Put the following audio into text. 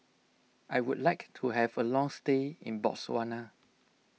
I would like to have a long stay in Botswana